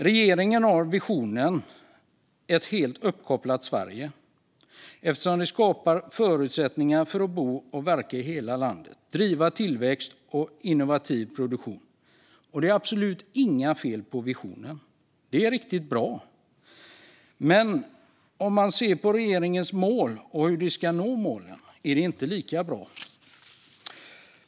Regeringen har visionen om ett helt uppkopplat Sverige eftersom det skapar förutsättningar för att bo och verka i hela landet och driva tillväxt och innovativ produktion. Det är absolut inga fel på visionen - den är riktigt bra - men när det gäller regeringens mål och hur man ska nå dem är det inte lika bra.